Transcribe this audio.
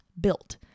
built